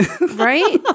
Right